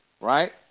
right